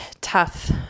tough